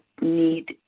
need